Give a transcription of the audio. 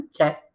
Okay